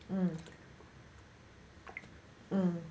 mm mm